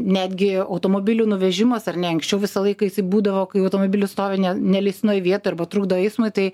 netgi automobilių nuvežimas ar ne anksčiau visą laiką jisai būdavo kai automobilis stovi ne neleistinoj vietoj arba trukdo eismui tai